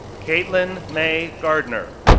kaitlyn mae gardner,